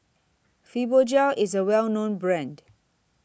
Fibogel IS A Well known Brand